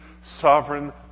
sovereign